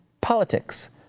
politics